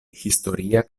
historia